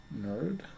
nerd